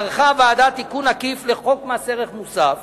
ערכה הוועדה תיקון עקיף לחוק מס ערך מוסף